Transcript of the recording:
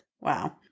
Wow